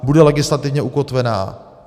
Bude legislativně ukotvena?